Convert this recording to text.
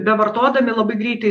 bevartodami labai greitai